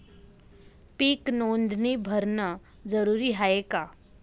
पीक नोंदनी भरनं जरूरी हाये का?